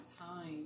time